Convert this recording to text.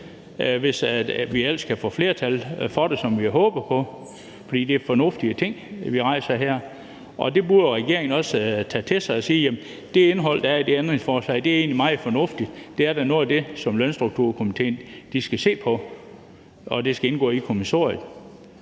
hvis vi ellers kan få flertal for det, som vi håber på, for det er fornuftige ting, vi rejser her, og det burde regeringen også tage til sig og sige, at det indhold, der er i det ændringsforslag, egentlig er meget fornuftigt, at det da er noget af det, som lønstrukturkomitéen skal se på, og at det skal indgå i kommissoriet.